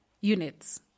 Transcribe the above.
units